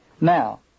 Now